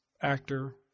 actor